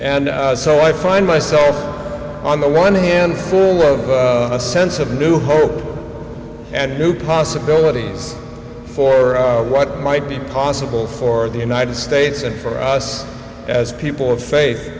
and so i find myself on the one hand full of a sense of new hope and new possibilities for what might be possible for the united states and for us as people